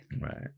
Right